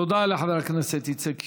תודה לחבר הכנסת איציק שמולי.